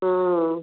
हाँ